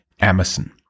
Amazon